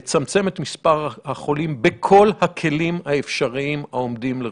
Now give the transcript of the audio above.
לצמצם את מספר החולים בכל הכלים האפשריים העומדים לרשותה.